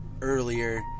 earlier